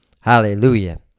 Hallelujah